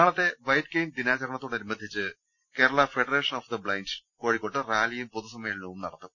നാളത്തെ white cane ദിനാചരണത്തോടനുബന്ധിച്ച് Kerala federation of the blind കോഴിക്കോട്ട് റാലിയും പൊതുസമ്മേള നവും നടത്തും